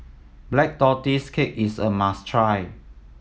Black Tortoise Cake is a must try